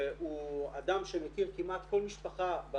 הוא אדם שמכיר כמעט כל משפחה,